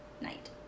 night